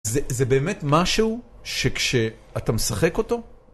זה באמת משהו שכשאתה משחק אותו...